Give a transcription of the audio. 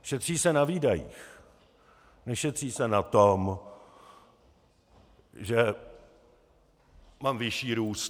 Šetří se na výdajích, nešetří se na tom, že mám vyšší růst.